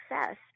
success